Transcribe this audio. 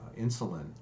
insulin